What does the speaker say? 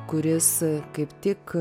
kuris kaip tik